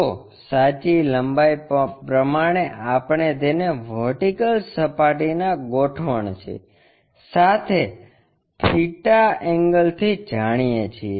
તો સાચી લંબાઈ આપણે તેને વર્ટિકલ સપાટીના ગોઠવણ છેસાથે થિટા એંગલથી જાણીએ છીએ